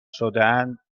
شدهاند